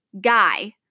guy